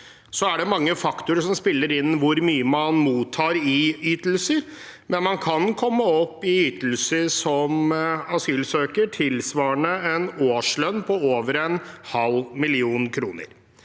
Det er mange faktorer som spiller inn på hvor mye man mottar i ytelser, men man kan komme opp i ytelser som asylsøker tilsvarende en årslønn på over en halv million kroner.